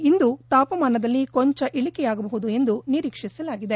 ಇಂದು ತಾಪಮಾನದಲ್ಲಿ ಕೊಂಚ ಇಳಿಕೆಯಾಗಬಹುದು ಎಂದು ನಿರೀಕ್ಸಿಸಲಾಗಿದೆ